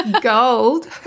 gold